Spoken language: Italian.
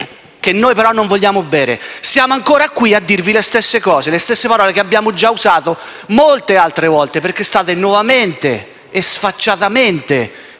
che noi non vogliamo bere! Siamo ancora qui a dirvi le stesse parole che abbiamo già usato altre volte perché state nuovamente e sfacciatamente